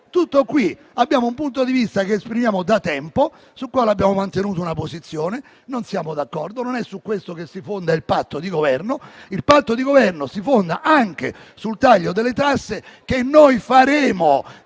Tutto qui. Abbiamo un punto di vista che esprimiamo da tempo, sul quale abbiamo mantenuto una posizione; non siamo d'accordo, non è su questo che si fonda il patto di Governo. Il patto di Governo si fonda anche sul taglio delle tasse che noi faremo